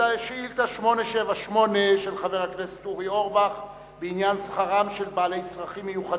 חבר הכנסת טלב אלסאנע